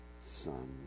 Son